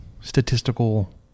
statistical